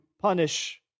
punish